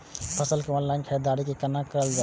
फसल के ऑनलाइन खरीददारी केना कायल जाय छै?